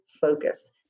focus